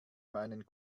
meinen